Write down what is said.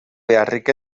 beharrik